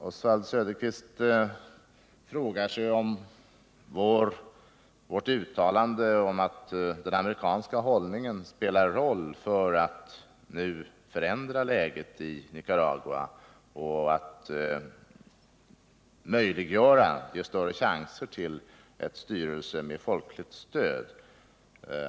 Oswald Söderqvist frågar sig om vårt uttalande stämmer, att den amerikanska hållningen spelar roll för att förändra läget i Nicaragua och ger större chanser till en styrelse med folkligt stöd.